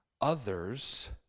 others